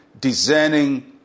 discerning